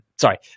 Sorry